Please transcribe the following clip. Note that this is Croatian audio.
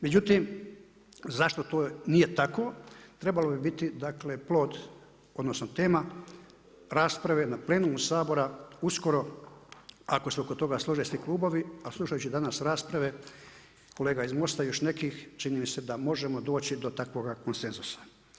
Međutim, zašto to nije tako, trebalo bi biti plod, odnosno, tema rasprave na plenarnom Sabora uskoro ako se oko toga slože svi klubovi, a slušajući danas rasprave kolega iz Mosta i još nekih, čini mi se da možemo doći do takvoga konsenzusa.